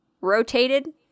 rotated